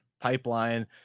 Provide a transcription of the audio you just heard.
pipeline